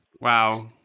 wow